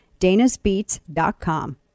danasbeats.com